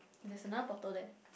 there's another bottle there